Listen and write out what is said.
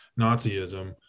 nazism